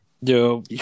Yo